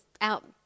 out